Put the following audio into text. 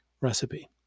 recipe